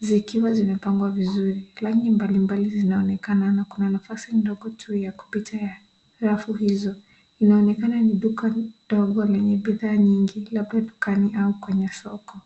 zikiwa zimepangwa vizuri. Rangi mbalimbali zinaonekana na kuna nafasi ndogo tu ya kupita rafu hizo. Inaonekana ni duka ndogo lenye bidhaa nyingi labda dukani au kwenye soko.